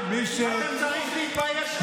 אתה צריך להתבייש לך.